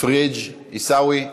פריג' עיסאווי?